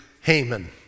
Haman